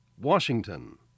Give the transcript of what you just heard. Washington